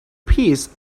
piece